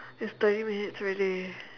it's thirty minutes already